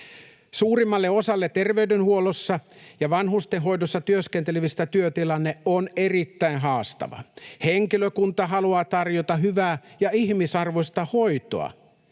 Suurimmalle osalle terveydenhuollossa ja vanhustenhoidossa työskentelevistä työtilanne on erittäin haastava. Henkilökunta haluaa tarjota hyvää ja ihmisarvoista hoitoa,